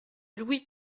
louis